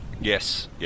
Yes